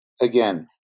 again